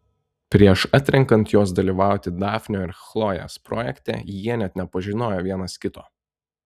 prieš atrenkant juos dalyvauti dafnio ir chlojės projekte jie net nepažinojo vienas kito